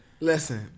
Listen